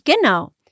Genau